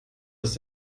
dass